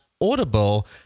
audible